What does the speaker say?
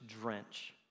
drench